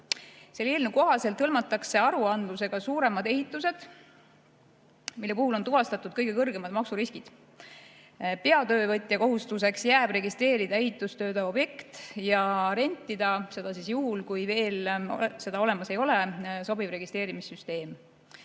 Selle eelnõu kohaselt hõlmatakse aruandlusega suuremad ehitused, mille puhul on tuvastatud kõige kõrgemad maksuriskid. Peatöövõtja kohustuseks jääb registreerida ehitustööde objekt ja rentida – juhul, kui seda veel olemas ei ole – sobiv registreerimissüsteem.